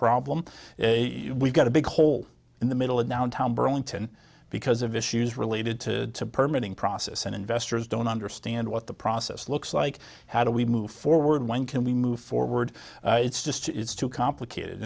problem we've got a big hole in the middle of downtown burlington because of issues related to her meeting process and investors don't understand what the process looks like how do we move forward when can we move forward it's just it's too complicated